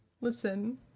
Listen